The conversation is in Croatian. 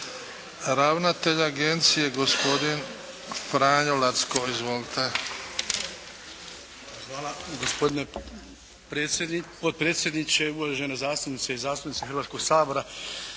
Ravnatelj Agencije, gospodin Franjo Lacko. Izvolite. **Lacko, Franjo** Hvala gospodine potpredsjedniče, uvažene zastupnice i zastupnici Hrvatskog sabora.